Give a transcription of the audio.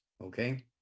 okay